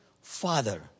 Father